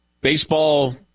Baseball